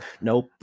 Nope